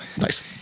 Nice